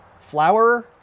flower